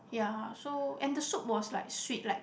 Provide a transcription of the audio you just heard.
ya so and the soup was like sweet like